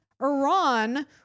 Iran